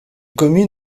communes